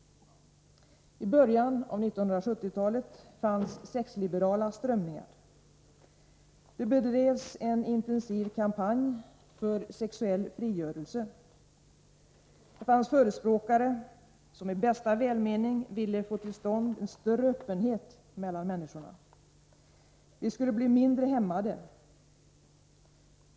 I början av 1970-talet fanns sexliberala strömningar. Det bedrevs en intensiv kampanj för sexuell frigörelse. Det fanns förespråkare som i bästa välmening ville få till stånd en större öppenhet mellan människorna. Vi skulle bli mindre hämmade.